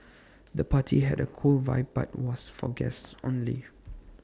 the party had A cool vibe but was for guests only